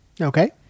Okay